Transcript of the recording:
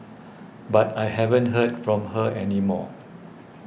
but I haven't heard from her any more